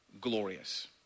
glorious